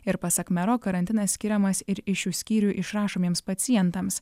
ir pasak mero karantinas skiriamas ir iš šių skyrių išrašomiems pacientams